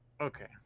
Okay